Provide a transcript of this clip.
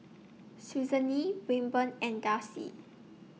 Susanne Wilburn and Darcie